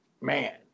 man